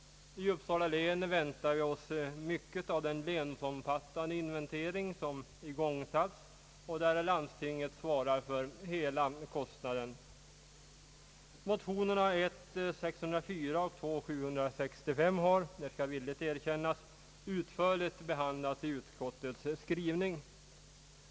I Uppsala län väntar vi oss mycket av den länsomfattande inventering som igångsatts, och landstinget svarar där för hela kostnaden. Motionerna I: 604 och II: 765 har — det skall villigt erkännas — utförligt behandlats i utskottets skrivning.